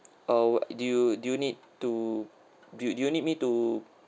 oh do you do need to do you do you need me to